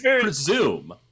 presume